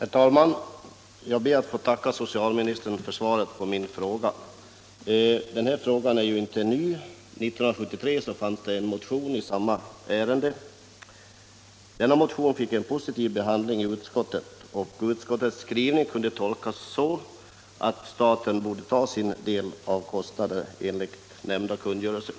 Herr talman! Jag ber att få tacka socialministern för svaret på min fråga. Denna fråga är inte ny. 1973 väcktes en motion i samma ärende. Denna motion fick en positiv behandling i utskottet. Utskottets skrivning kunde tolkas så att staten borde ta sin del av kostnaderna enligt ifrågavarande kungörelse.